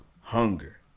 hunger